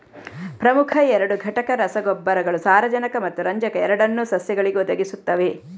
ಪ್ರಮುಖ ಎರಡು ಘಟಕ ರಸಗೊಬ್ಬರಗಳು ಸಾರಜನಕ ಮತ್ತು ರಂಜಕ ಎರಡನ್ನೂ ಸಸ್ಯಗಳಿಗೆ ಒದಗಿಸುತ್ತವೆ